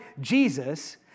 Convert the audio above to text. Jesus